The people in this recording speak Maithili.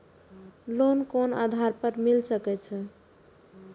लोन कोन आधार पर मिल सके छे?